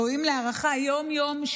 ראויים להערכה יום-יום,